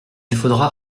faudra